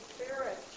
Spirit